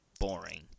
boring